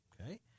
okay